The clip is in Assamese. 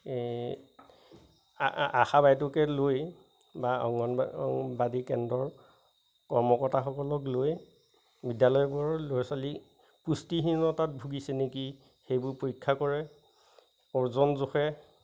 আশা বাইদেউকে লৈ বা অংগনবাদী কেন্দ্ৰৰ কৰ্মকতাসকলক লৈ বিদ্যালয়বোৰৰ ল'ৰা ছোৱালী পুষ্টিহীনতাত ভুগিছে নেকি সেইবোৰ পৰীক্ষা কৰে অৰ্জন জোখে